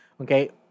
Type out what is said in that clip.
Okay